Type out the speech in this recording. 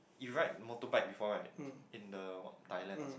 you ride motorbike before right in the what Thailand or some